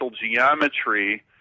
geometry